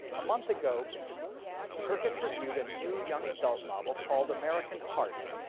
a month ago kirkus reviewed a new young adult novel called american heart,